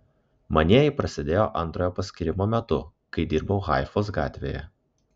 manieji prasidėjo antrojo paskyrimo metu kai dirbau haifos gatvėje